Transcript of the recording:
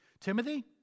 Timothy